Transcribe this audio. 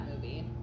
movie